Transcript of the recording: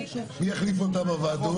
מי יחליף אותה בוועדות?